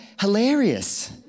Hilarious